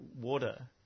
water